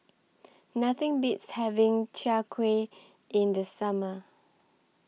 Nothing Beats having Chai Kuih in The Summer